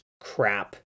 crap